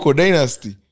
dynasty